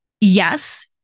Yes